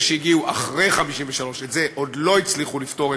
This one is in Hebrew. שהגיעו אחרי 1953 את זה עוד לא הצליחו לפתור,